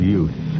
Youth